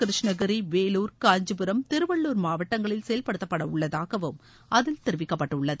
கிருஷ்ணகிரி வேலூர் காஞ்சிபுரம் திருவள்ளுர் மாவட்டங்களில் செயவ்படுத்தப்படவுள்ளதாகவும் அதில் தெரிவிக்கப்பட்டுள்ளது